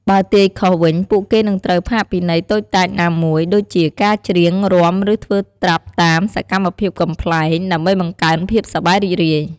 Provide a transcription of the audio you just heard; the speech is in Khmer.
បើទាយខុសវិញ ពួកគេនឹងត្រូវផាកពិន័យតូចតាចណាមួយ ដូចជាការច្រៀង រាំ ឬធ្វើត្រាប់តាមសកម្មភាពកំប្លែង ដើម្បីបង្កើនភាពសប្បាយរីករាយ។